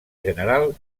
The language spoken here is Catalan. general